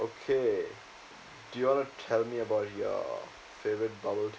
okay do you wanna tell me about your favourite bubble tea